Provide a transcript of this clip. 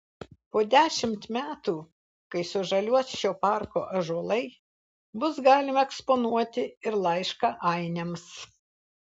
po dešimt metų kai sužaliuos šio parko ąžuolai bus galima eksponuoti ir laišką ainiams